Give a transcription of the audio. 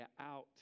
out